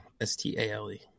S-T-A-L-E